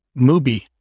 Mubi